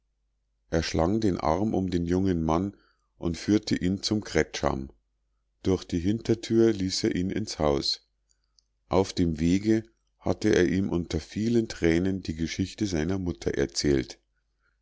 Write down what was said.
er schlang den arm um den jungen mann und führte ihn zum kretscham durch die hintertür ließ er ihn ins haus auf dem wege hatte er ihm unter vielen tränen die geschichte seiner mutter erzählt